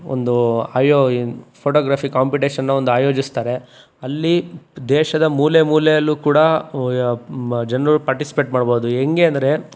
ಒಂದು ಆಯೋ in photography ಕಾಂಪಿಟೇಷನನ್ನ ಒಂದು ಆಯೋಜಿಸ್ತಾರೆ ಅಲ್ಲಿ ದೇಶದ ಮೂಲೆ ಮೂಲೆಯಲ್ಲೂ ಕೂಡ ಜನರು ಪಾರ್ಟಿಸಿಪೇಟ್ ಮಾಡ್ಬೋದು ಹೆಂಗೆ ಅಂದರೆ